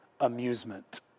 amusement